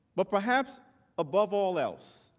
but perhaps above all else,